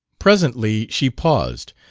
presently she paused,